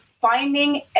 finding